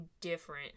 different